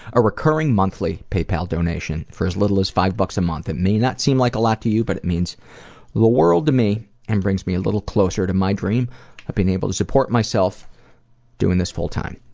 a recurring monthly paypal donation for as little as five dollars a month. it may not seem like a lot to you, but it means the world to me and brings me a little closer to my dream of being able to support myself doing this fulltime.